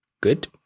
good